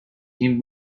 این